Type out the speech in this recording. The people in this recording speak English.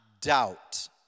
doubt